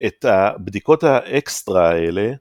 ‫את הבדיקות האקסטרה האלה.